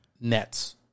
Nets